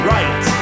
Right